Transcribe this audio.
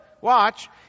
Watch